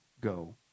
go